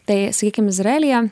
tai sakykim izraelyje